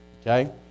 Okay